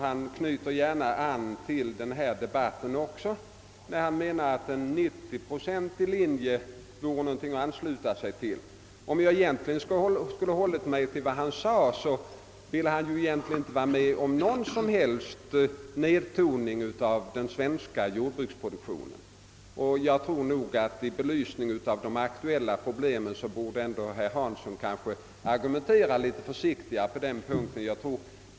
Herr Hansson anser att en 90-procentig linje vore något att ansluta sig till. Egentligen sade han att han inte vill vara med om någon som helst nedtoning av den svenska jordbruksproduktionen. I belysning av de aktuella problemen borde herr Hansson kanske argumentera litet försiktigare på den punkten.